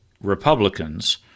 Republicans